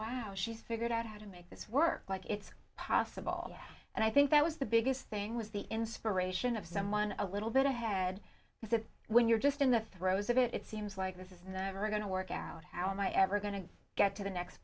wow she's figured out how to make this work like it's possible and i think that was the biggest thing was the inspiration of someone a little bit ahead is that when you're just in the throes of it it seems like this is never going to work out how am i ever going to get to the next